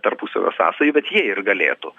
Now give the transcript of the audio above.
tarpusavio sąsajų bet jie ir galėtų